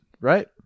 right